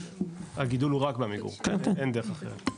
הגידול הוא רק בעמיגור, אין דרך אחרת.